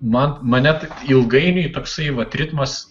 man mane tai ilgainiui toksai vat ritmas